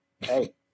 Hey